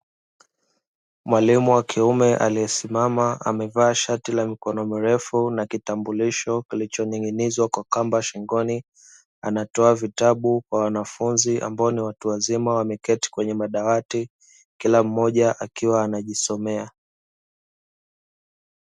mwalimu wakiume aliesimama ambao ni watu wazima ambao wameketi kwenye madawati kila mmoja akiwa anajisomea.